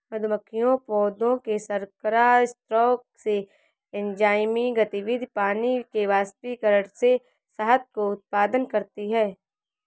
मधुमक्खियां पौधों के शर्करा स्राव से, एंजाइमी गतिविधि, पानी के वाष्पीकरण से शहद का उत्पादन करती हैं